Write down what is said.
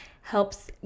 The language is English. helps